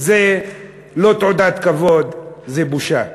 זה לא תעודת כבוד, זה בושה.